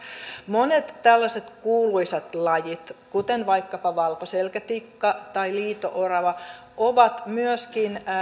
monet tällaiset kuuluisat lajit kuten vaikkapa valkoselkätikka tai liito orava ovat myöskin